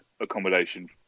accommodation